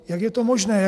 Jak je to možné?